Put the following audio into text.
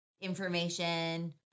information